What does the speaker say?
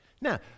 Now